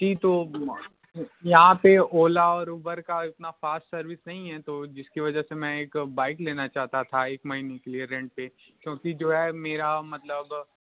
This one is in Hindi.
थी तो यहाँ पर ओला और उबर का इतना फास्ट सर्विस नहीं है तो जिसकी वजह से मैं एक बाइक लेना चाहता था एक महीने के लिए रेंट पर क्योंकि जो है मेरा मतलब